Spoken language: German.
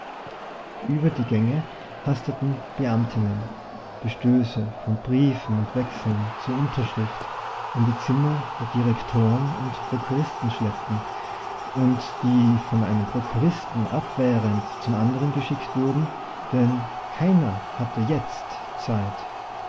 über die gänge hasteten beamtinnen die stöße von briefen und wechseln zur unterschrift in die zimmer der direktoren und prokuristen schleppten und die von einem prokuristen abwehrend zum anderen geschickt wurden denn keiner hatte jetzt zeit